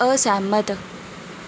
असैह्मत